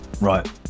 Right